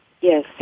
yes